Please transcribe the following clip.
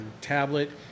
tablet